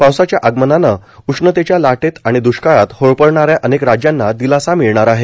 पावसाच्या आगमनानं उष्णतेच्या लाटेत आणि द्रष्काळात होरपळणाऱ्या अनेक राज्यांना दिलासा मिळणार आहे